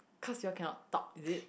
cause you all cannot talk is it